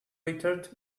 littered